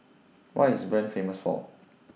What IS Bern Famous For